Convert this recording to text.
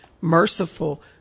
merciful